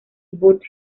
burt